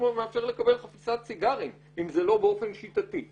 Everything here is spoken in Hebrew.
מאפשר לקבל חפיסת סיגרים, אם זה לא באופן שיטתי.